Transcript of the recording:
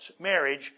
marriage